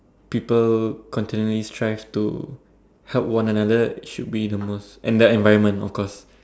people continually strive to help one another should be the most and the environment of course